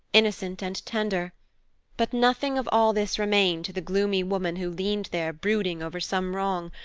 innocent, and tender but nothing of all this remained to the gloomy woman who leaned there brooding over some wrong,